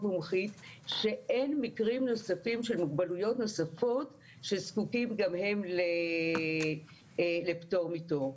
שאין מקרים נוספים של מוגבלויות נוספות שזקוקים גם הם לפטור מתור.